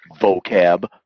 Vocab